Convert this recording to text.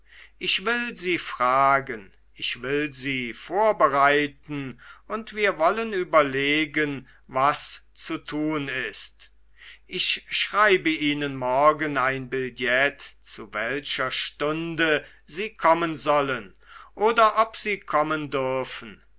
ich will sie fragen ich will sie vorbereiten und wir wollen überlegen was zu tun ist ich schreibe ihnen morgen ein billett zu welcher stunde sie kommen sollen oder ob sie kommen dürfen